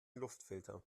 luftfilter